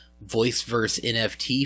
voice-verse-NFT